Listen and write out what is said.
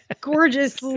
gorgeous